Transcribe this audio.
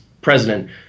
president